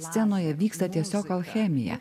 scenoje vyksta tiesiog alchemija